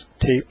tapes